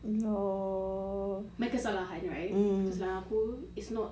my kesalahan right kesalahan aku it's not